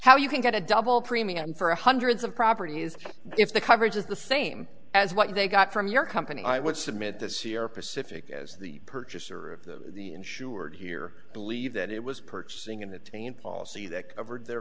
how you can get a double premium for hundreds of property is if the coverage is the same as what they got from your company i would submit this here pacific as the purchaser of the insured here believe that it was purchasing in the main policy that covered their